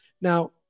now